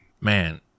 man